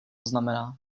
znamená